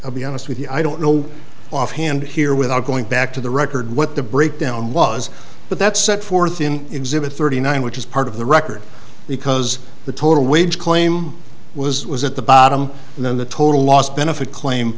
i'll be honest with you i don't know offhand here without going back to the record what the breakdown was but that's set forth in exhibit thirty nine which is part of the record because the total wage claim was was at the bottom and then the total lost benefit claim